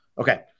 Okay